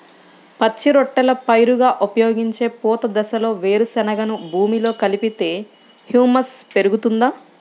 పచ్చి రొట్టెల పైరుగా ఉపయోగించే పూత దశలో వేరుశెనగను భూమిలో కలిపితే హ్యూమస్ పెరుగుతుందా?